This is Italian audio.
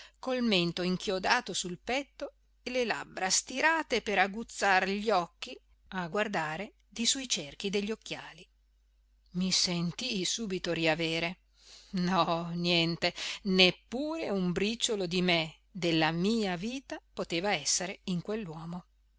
mento inchiodato sul petto e le labbra stirate per aguzzar gli occhi a guardare di sui cerchi degli occhiali i sentii subito riavere no niente neppure un briciolo di me della mia vita poteva essere in